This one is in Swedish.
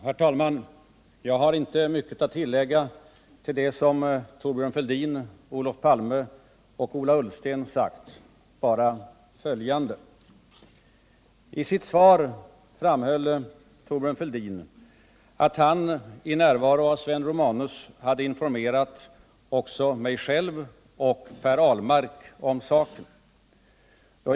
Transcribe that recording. Herr talman! Jag har inte mycket att tillägga till det som Thorbjörn Fälldin, Olof Palme och Ola Ullsten har sagt, bara följande: I sitt svår framhöll Thorbjörn Fälldin att han i närvaro av Sven Romanus hade informerat också mig och Per Ahlmark om saken.